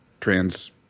trans